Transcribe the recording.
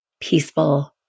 peaceful